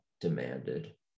demanded